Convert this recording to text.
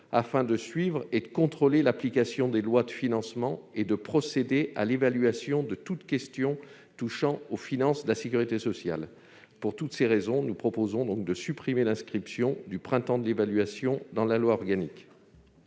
afin de suivre et de contrôler l'application des LFSS et de procéder à l'évaluation de toute question touchant aux finances de la sécurité sociale. Pour l'ensemble de ces raisons, nous proposons de supprimer l'inscription du Printemps de l'évaluation dans la loi organique.